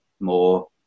more